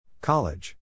College